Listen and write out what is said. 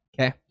Okay